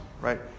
right